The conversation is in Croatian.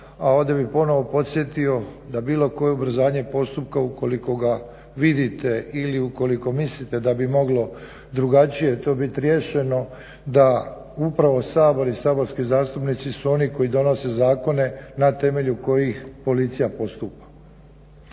A ovdje bih ponovno podsjetio da bilo koje ubrzanje postupka ukoliko ga vidite ili ukoliko mislite da bi moglo drugačije to biti riješeno da upravo Sabor i saborski zastupnici su oni koji donose zakone na temelju kojih Policija postupa.